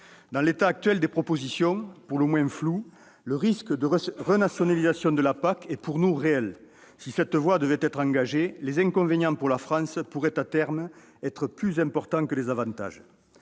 Dans l'état actuel des propositions, pour le moins floues, le risque de renationalisation de la PAC est pour nous réel. Si cette voie devait être engagée, les inconvénients pour la France pourraient à terme être plus importants que les avantages.